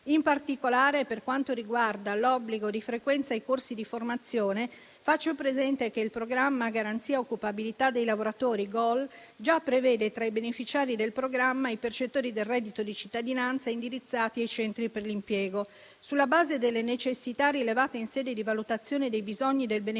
In particolare, per quanto riguarda l'obbligo di frequenza ai corsi di formazione, faccio presente che il programma Garanzia occupabilità dei lavoratori (GOL) già prevede tra i beneficiari i percettori del reddito di cittadinanza indirizzati ai centri per l'impiego. Sulla base delle necessità rilevate in sede di valutazione dei bisogni del beneficiario